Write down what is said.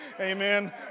Amen